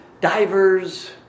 diver's